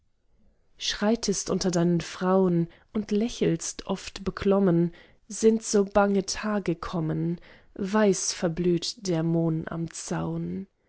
schreitest unter deinen frau'n und du lächelst oft beklommen sind so bange tage kommen weiß verblüht der mohn am zaun